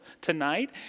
tonight